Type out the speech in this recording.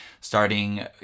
starting